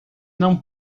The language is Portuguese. não